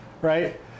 Right